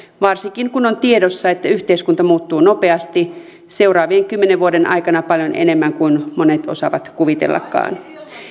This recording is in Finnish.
varsinkin kun on tiedossa että yhteiskunta muuttuu nopeasti seuraavan kymmenen vuoden aikana paljon enemmän kuin monet osaavat kuvitellakaan